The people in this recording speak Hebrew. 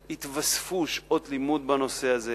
ויתווספו שעות לימוד בנושא הזה.